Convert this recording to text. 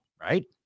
right